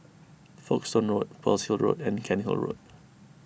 Folkestone Road Pearl's Hill Road and Cairnhill Road